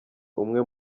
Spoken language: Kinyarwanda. umwe